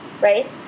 right